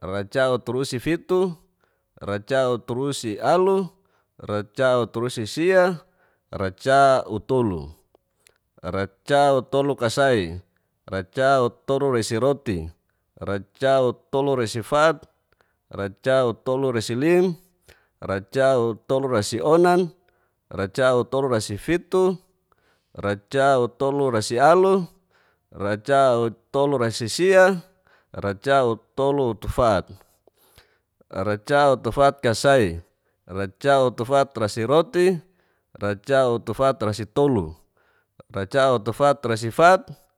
racauturusifitu, racauturusialu, racauturusisia, racautulo, racautolu, kasai. racautoresiroti, racautoluresitolu, racautulurasifat, racautolurasilim, racautulurasionan. racautolurasifitu, racautolurasilim, racautoluresionan, racautoluresifitu, racautoluresialu, racautoluresisia, racutufatresikasai, racautufatresiroti, racautufatresitolu racautufatresifat,